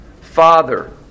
Father